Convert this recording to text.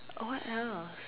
what else